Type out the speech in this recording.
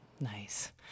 Nice